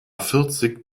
vierzig